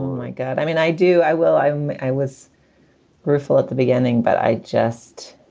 my god. i mean, i do. i will. i'm. i was rueful at the beginning, but i just.